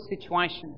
situations